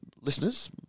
listeners